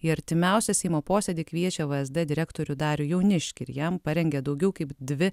į artimiausią seimo posėdį kviečia vsd direktorių darių jauniškį ir jam parengė daugiau kaip dvi